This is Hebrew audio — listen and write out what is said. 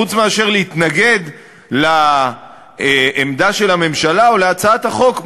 חוץ מאשר להתנגד לעמדה של הממשלה ולהצעת החוק,